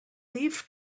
leaf